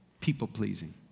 people-pleasing